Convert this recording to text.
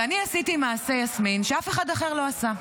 ואני עשיתי מעשה, יסמין, שאף אחד אחר לא עשה: